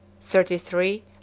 thirty-three